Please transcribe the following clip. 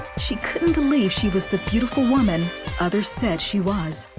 she couldn't believe she was the beautiful woman others said she was.